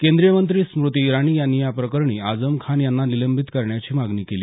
केंद्रीय मंत्री स्मृती इराणी यांनी या प्रकरणी आझम खान यांना निलंबित करण्याची मागणी केली